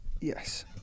Yes